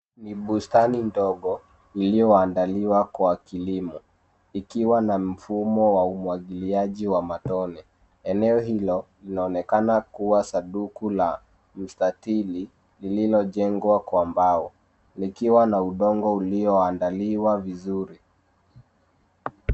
Ni bustani ndogo iliyo andaliwa kwa kilimo ikiwa na mfumo wa umwagiliaji wa matone. Eneo hilo linaonekana kuwa sanduku la mstatiri lililo jengwa kwa mbao likiwa na udongo ulio andaliwa vizuri.